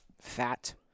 Fat